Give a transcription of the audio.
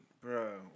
Bro